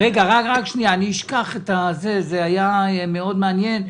אני אשכח את זה, זה היה מאוד מעניין.